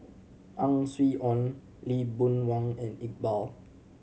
Ang Swee Aun Lee Boon Wang and Iqbal